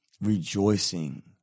rejoicing